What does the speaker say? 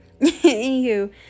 anywho